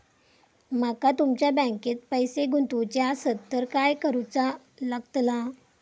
माका तुमच्या बँकेत पैसे गुंतवूचे आसत तर काय कारुचा लगतला?